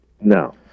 no